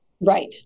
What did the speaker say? Right